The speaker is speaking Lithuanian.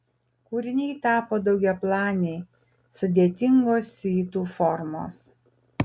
kūriniai tapo daugiaplaniai sudėtingos siuitų formos